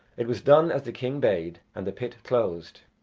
it was done as the king bade, and the pit closed.